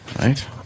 Right